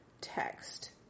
text